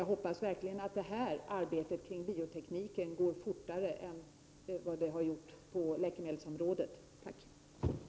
Jag hoppas verkligen att arbetet kring biotekniken går fortare än vad det har gjort på läkemedelsområdet. Tack.